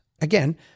Again